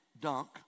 dunk